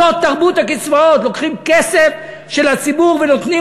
זו תרבות הקצבאות: לוקחים כסף של הציבור ונותנים